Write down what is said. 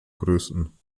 größten